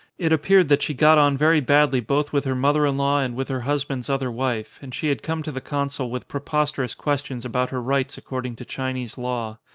it appeared that she got on very badly both with her mother-in-law and with her husband's other wife, and she had come to the consul with preposterous questions about her rights according to chinese law.